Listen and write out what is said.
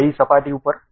કઈ સપાટી ઉપર